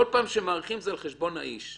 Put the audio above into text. בכל פעם שמאריכים זה על חשבון האיש.